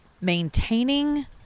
maintaining